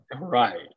Right